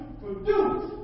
produce